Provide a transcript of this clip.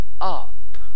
up